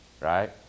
right